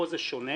פה זה שונה,